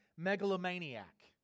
megalomaniac